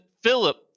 Philip